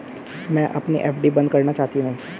मैं अपनी एफ.डी बंद करना चाहती हूँ